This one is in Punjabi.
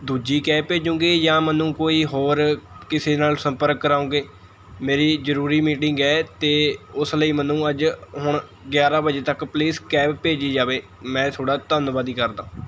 ਦੂਜੀ ਕੈਬ ਭੇਜੋਂਗੇ ਜਾਂ ਮੈਨੂੰ ਕੋਈ ਹੋਰ ਕਿਸੇ ਨਾਲ਼ ਸੰਪਰਕ ਕਰਵਾਉਂਗੇ ਮੇਰੀ ਜ਼ਰੂਰੀ ਮੀਟਿੰਗ ਹੈ ਅਤੇ ਉਸ ਲਈ ਮੈਨੂੰ ਅੱਜ ਹੁਣ ਗਿਆਰ੍ਹਾਂ ਵਜੇ ਤੱਕ ਪਲੀਸ ਕੈਬ ਭੇਜੀ ਜਾਵੇ ਮੈਂ ਤੁਹਾਡਾ ਧੰਨਵਾਦ ਈ ਕਰਦਾਂ